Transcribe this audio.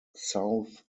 south